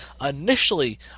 Initially